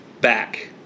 back